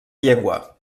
llengua